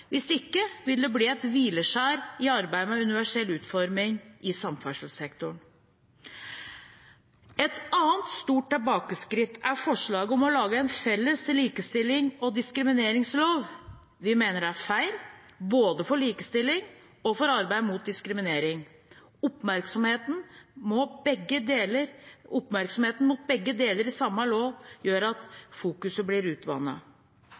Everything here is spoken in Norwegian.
Hvis ikke, vil det bli et hvileskjær i arbeidet med universell utforming i samferdselssektoren. Et annet stort tilbakeskritt er forslaget om å lage en felles likestillings- og diskrimineringslov. Vi mener det er feil, både for likestillingen og for arbeidet mot diskriminering. Oppmerksomheten mot begge deler i samme lov gjør at fokuset blir